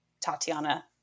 Tatiana